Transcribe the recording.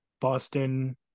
Boston